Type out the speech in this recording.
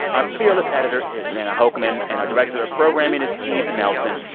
our fearless editor is jordana hochman, and our director of programming is steve nelson.